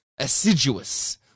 assiduous